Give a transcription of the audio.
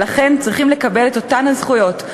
ולכן צריכים לקבל את אותן זכויות,